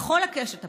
בכל הקשת הפוליטית,